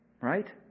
Right